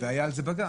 והיה על זה בג"ץ.